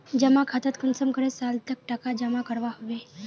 जमा खातात कुंसम करे साल तक टका जमा करवा होबे?